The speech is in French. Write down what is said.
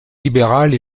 libérale